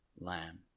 lamb